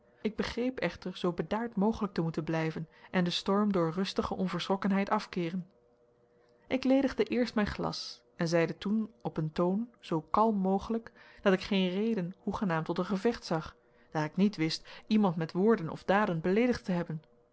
ik begreep echter zoo bedaard mogelijk te moeten blijven en den storm door rustige onverschrokkenheid afkeeren ik ledigde eerst mijn glas en zeide toen op een toon zoo kalm mogelijk dat ik geene reden hoegenaamd tot een gevecht zag daar ik niet wist iemand met woorden of daden beleedigd te hebben